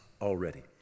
already